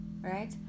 Right